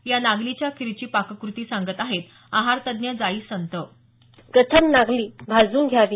या नागलीच्या खीरची पाककृती सांगत आहेत आहारतज्ञ जाई संत प्रथम नागली भाजून घ्यावी